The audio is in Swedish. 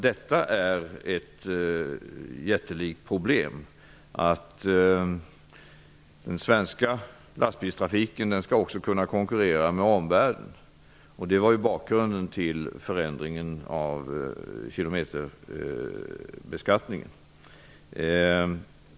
Det är ett jättelikt problem att den svenska lastbilstrafiken också skall kunna konkurrera med omvärlden. Det var bakgrunden till förändringen av kilometerbeskattningen.